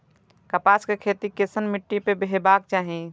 कपास के खेती केसन मीट्टी में हेबाक चाही?